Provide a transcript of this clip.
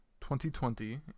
2020